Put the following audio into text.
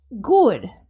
good